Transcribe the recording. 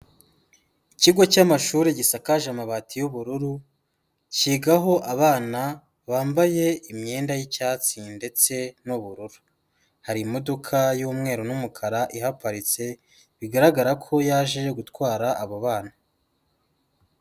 Ikigo cy'amashuri gisakaje amabati y'ubururu, kigaho abana bambaye imyenda y'icyatsi ndetse n'ubururu, hari imodoka y'umweru n'umukara ihaparitse, bigaragara ko yaje gutwara abo bana.